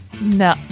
No